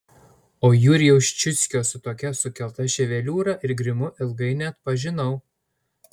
o jurijaus ščiuckio su tokia sukelta ševeliūra ir grimu ilgai neatpažinau